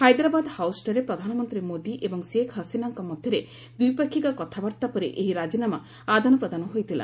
ହାଇଦ୍ରାବାଦ ହାଉସ୍ଠାରେ ପ୍ରଧାନମନ୍ତ୍ରୀ ମୋଦି ଏବଂ ଶେଖ୍ ହସିନାଙ୍କ ମଧ୍ୟରେ ଦ୍ୱିପାକ୍ଷିକ କଥାବାର୍ତ୍ତା ପରେ ଏହି ରାଜିନାମା ଆଦାନ ପ୍ରଦାନ ହୋଇଥିଲା